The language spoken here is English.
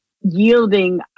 yielding